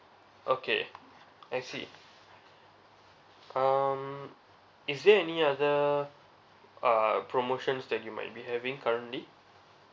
okay I see um is there any other uh promotions that you might be having currently